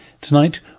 Tonight